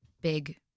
big